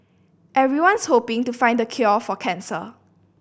everyone's hoping to find the cure for cancer